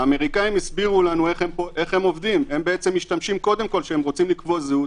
האמריקאים הסבירו לנו איך הם עובדים: כשהם רוצים לקבוע זהות,